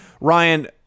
Ryan